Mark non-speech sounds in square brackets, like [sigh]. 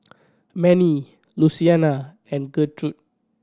[noise] Mannie Luciana and Gertrude